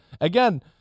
again